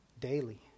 daily